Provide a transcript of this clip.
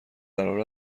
قرار